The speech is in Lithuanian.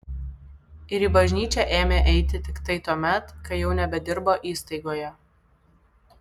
ir į bažnyčią ėmė eiti tiktai tuomet kai jau nebedirbo įstaigoje